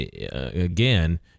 again